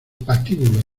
patíbulo